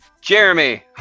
Jeremy